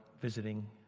visiting